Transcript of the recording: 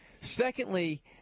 Secondly